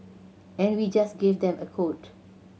and we just gave them a quote